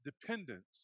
dependence